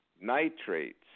nitrates